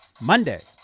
Monday